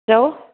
चओ